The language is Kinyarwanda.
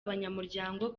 abanyamuryango